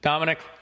Dominic